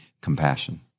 compassion